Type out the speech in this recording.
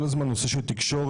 כל הזמן נושא של תקשורת,